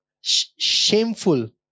shameful